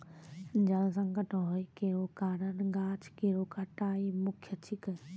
जल संकट होय केरो कारण गाछ केरो कटाई मुख्य छिकै